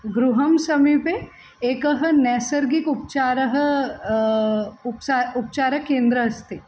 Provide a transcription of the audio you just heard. गृहं समीपे एकः नैसर्गिकोपचारः उपचारः उपचारकेन्द्रम् अस्ति